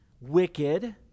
wicked